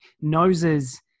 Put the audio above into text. noses